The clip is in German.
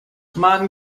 man